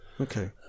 Okay